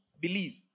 Believe